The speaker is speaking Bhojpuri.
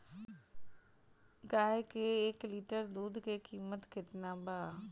गाय के एक लीटर दूध के कीमत केतना बा?